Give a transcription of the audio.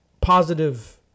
positive